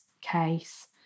case